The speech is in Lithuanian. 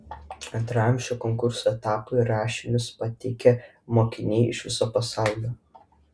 antrajam šio konkurso etapui rašinius pateikia mokiniai iš viso pasaulio